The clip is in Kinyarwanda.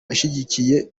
ashyigikiye